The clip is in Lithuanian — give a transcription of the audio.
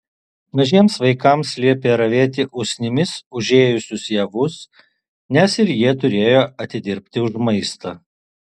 mažiems vaikams liepė ravėti usnimis užėjusius javus nes ir jie turėjo atidirbti už maistą